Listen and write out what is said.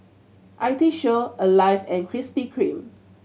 I T Show Alive and Krispy Kreme